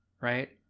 right